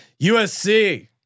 USC